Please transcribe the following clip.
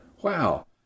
Wow